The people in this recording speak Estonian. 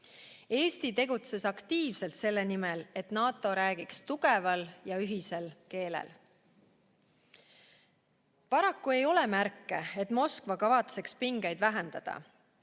Eesti tegutses aktiivselt selle nimel, et NATO räägiks tugeval ja ühisel keelel. Paraku ei ole märke, et Moskva kavatseks pingeid vähendada.